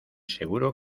seguro